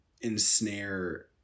ensnare